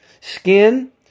Skin